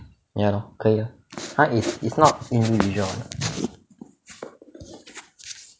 ya lor 可以 orh !huh! it's it's not individual [one] ah